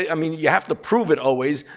i mean you have to prove it always,